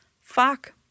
Fuck